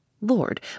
Lord